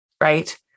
right